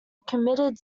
committed